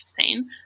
seen